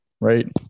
right